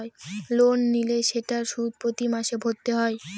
loan নিলে সেটার সুদ প্রতি মাসে ভরতে হয়